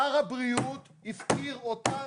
שר הבריאות הפקיר אותנו.